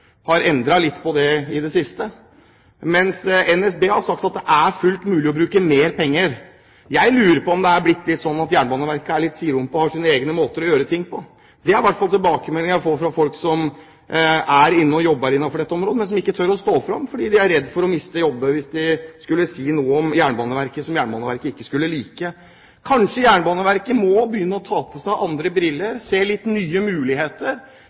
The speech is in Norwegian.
har endret litt på det i det siste – mens NSB har sagt at det er fullt mulig å bruke mer penger. Jeg lurer på om det er blitt sånn at Jernbaneverket er litt sidrumpa og har sine egne måter å gjøre ting på. Det er i hvert fall tilbakemeldingen jeg får fra folk som jobber innenfor dette området, men som ikke tør å stå fram, fordi de er redd for å miste jobben hvis de skulle si noe om Jernbaneverket som Jernbaneverket ikke ville like. Kanskje Jernbaneverket må begynne å ta på seg andre briller, se noen nye muligheter,